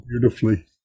beautifully